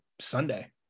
sunday